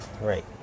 Right